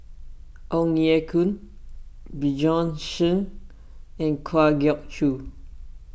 Ong Ye Kung Bjorn Shen and Kwa Geok Choo